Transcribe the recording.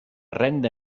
renda